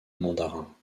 mandarin